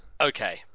Okay